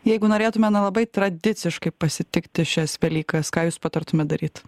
jeigu norėtume na labai tradiciškai pasitikti šias velykas ką jūs patartumėt daryt